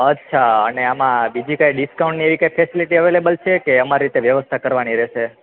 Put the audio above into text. અચ્છા અને આમાં બીજી કાંઈ ડિસ્કાઉન્ટની એવી કાંઈ ફેસિલિટી અવેલેબલ છે કે અમારી રીતે વ્યવસ્થા કરવાની રહેશે